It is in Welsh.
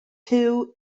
puw